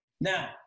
now